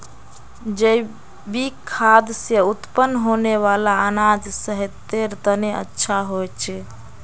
जैविक खाद से उत्पन्न होने वाला अनाज सेहतेर तने अच्छा होछे